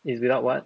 is without one